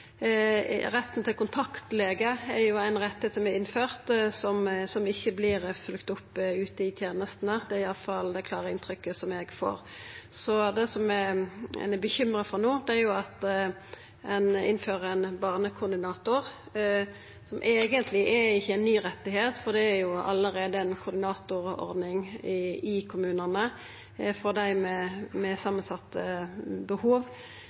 Retten til kontaktlege er ein rett som er innført, som ikkje vert følgd opp ute i tenestene – det er i alle fall det klare inntrykket eg får. Det ein er bekymra for no, er at ein innfører ein barnekoordinator, som eigentleg ikkje er ein ny rett, for det er allereie ei koordinatorordning i kommunane for dei med samansette behov.